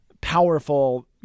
powerful